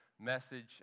message